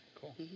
cool